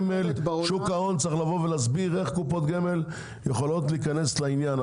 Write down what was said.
ושוק ההון צריך לבוא ולהסביר איך קופות גמל יכולות להיכנס לעניין.